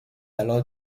alors